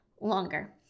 longer